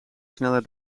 sneller